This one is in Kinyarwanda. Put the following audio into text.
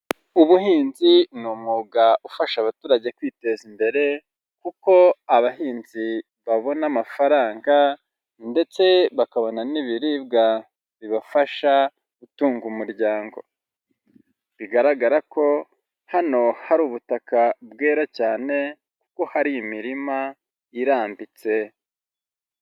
Ubuhinzi ni umwuga ufasha abaturage kwiteza imbere, kuko abahinzi babona amafaranga ndetse bakabona n'ibiribwa bibafasha gutunga umuryango, bigaragara ko hano hari ubutaka bwera cyane kuko hari imirima irambitse.